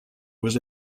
was